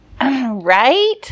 Right